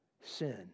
sin